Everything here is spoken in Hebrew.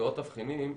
ועוד תבחינים.